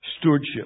stewardship